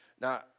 Now